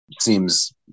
seems